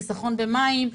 חיסכון במים,